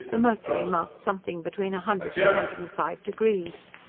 the mercury marked something between a hundred and a hundred and five degrees.